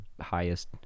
highest